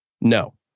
No